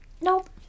Nope